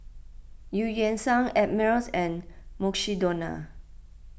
Eu Yan Sang Ameltz and Mukshidonna